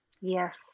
yes